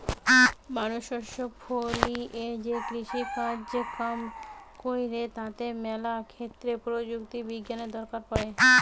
মানুষ শস্য ফলিয়ে যে কৃষিকাজ কাম কইরে তাতে ম্যালা ক্ষেত্রে প্রযুক্তি বিজ্ঞানের দরকার পড়ে